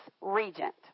Regent